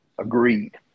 Agreed